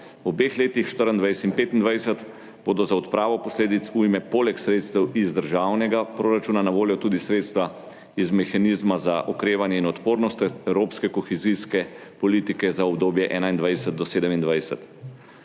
obeh letih 2024 in 2025 bodo za odpravo posledic ujme poleg sredstev iz državnega proračuna na voljo tudi sredstva iz mehanizma za okrevanje in odpornost evropske kohezijske politike za obdobje 2021–2027.